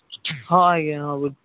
ହଁ ଆଜ୍ଞା